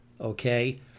Okay